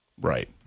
Right